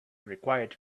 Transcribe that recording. required